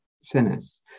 sinners